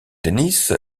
denys